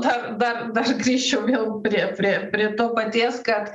dar dar dar grįžčiau vėl prie prie prie to paties kad